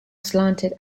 slanted